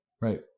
right